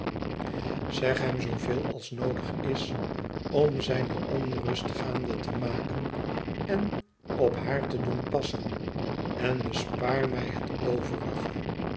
zeg hem zooveel als noodig is om zijne onrust gaande te maken en op haar te doen passen en bespaar mij het overige